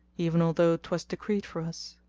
even although twas decreed for us.